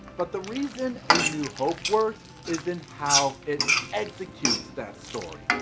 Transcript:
but the reason a new hope works is in how it executes that story.